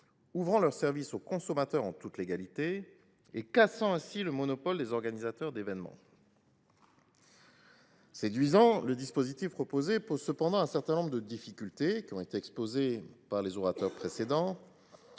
de ces dernières aux consommateurs en toute légalité et cassant ainsi le monopole des organisateurs d’événements. Séduisant, le dispositif proposé présentait cependant un certain nombre de difficultés, qui ont été exposées par les orateurs précédents.